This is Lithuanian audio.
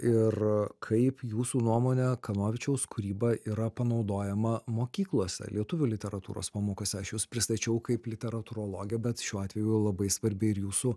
ir kaip jūsų nuomone kanovičiaus kūryba yra panaudojama mokyklose lietuvių literatūros pamokose aš jus pristačiau kaip literatūrologė bet šiuo atveju labai svarbi ir jūsų